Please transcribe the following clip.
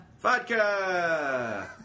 Vodka